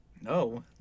No